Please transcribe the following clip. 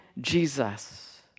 Jesus